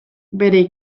bere